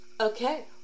Okay